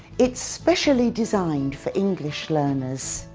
it's specially designed for english learners.